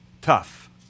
tough